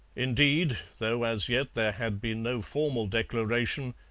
indeed, though as yet there had been no formal declaration,